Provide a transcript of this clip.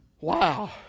Wow